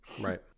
Right